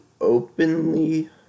openly